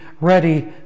ready